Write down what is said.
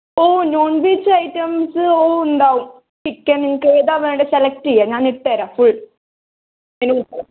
ഓ non veg items ഓ ഉണ്ടാവും chicken നിങ്ങൾക്ക് ഏതാണ് വേണ്ടത് സെലക്ട് ചെയ്യാം ഞാൻ ഇട്ടുതരാം ഫുൾ